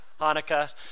Hanukkah